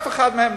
אף אחת מהן,